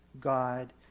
God